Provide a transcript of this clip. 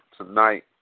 tonight